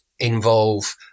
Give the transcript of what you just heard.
involve